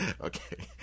Okay